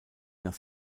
nach